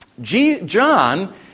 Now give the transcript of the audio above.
John